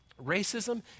Racism